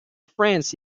france